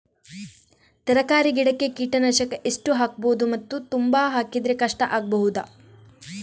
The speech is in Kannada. ತರಕಾರಿ ಗಿಡಕ್ಕೆ ಕೀಟನಾಶಕ ಎಷ್ಟು ಹಾಕ್ಬೋದು ಮತ್ತು ತುಂಬಾ ಹಾಕಿದ್ರೆ ಕಷ್ಟ ಆಗಬಹುದ?